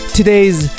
today's